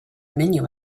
menu